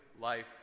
life